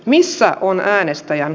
missä on äänestäjiään